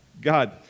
God